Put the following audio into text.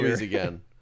again